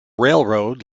railroad